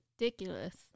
ridiculous